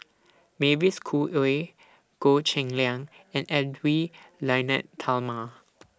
Mavis Khoo Oei Goh Cheng Liang and Edwy Lyonet Talma